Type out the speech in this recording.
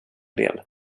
del